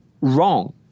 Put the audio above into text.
wrong